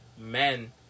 men